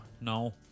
No